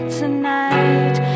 tonight